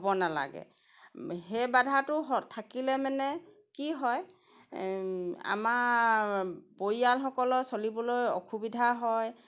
হ'ব নালাগে সেই বাধাটো থাকিলে মানে কি হয় আমাৰ পৰিয়ালসকলৰ চলিবলৈ অসুবিধা হয়